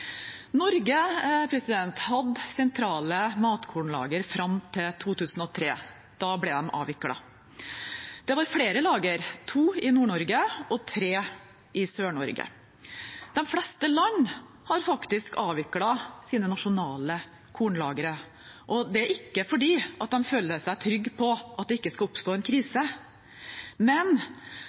Norge hadde sentrale matkornlagre fram til 2003. Da ble de avviklet. Det var flere lagre – to i Nord-Norge og tre i Sør-Norge. De fleste land har faktisk avviklet sine nasjonale kornlagre. Det er ikke fordi de føler seg trygge på at det ikke kan oppstå en krise, men